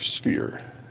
sphere